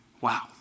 wow